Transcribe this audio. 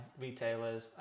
retailers